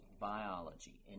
biology